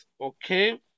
okay